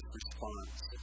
response